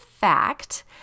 fact